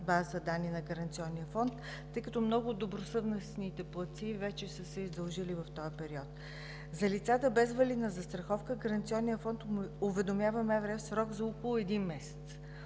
база данни на Гаранционния фонд, тъй като много от добросъвестните платци вече са се издължили в този период. За лицата без валидна застраховка Гаранционният фонд уведомява МВР в срок за около един месец.